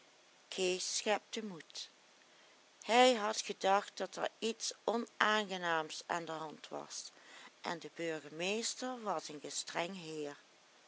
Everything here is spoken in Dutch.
kees schepte moed hij had gedacht dat er iets onaangenaams aan de hand was en de burgemeester was een gestreng heer